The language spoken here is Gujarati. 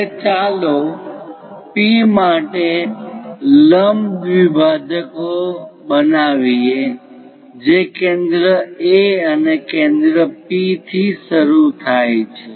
હવે ચાલો P માટે લંબ દ્વિભાજકો બનાવી એ જે કેન્દ્ર A અને કેન્દ્ર P થી શરૂ થાય છે